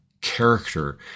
character